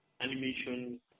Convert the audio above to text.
animation